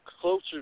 closer